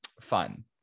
fun